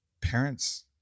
parents